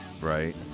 Right